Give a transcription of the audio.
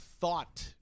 thought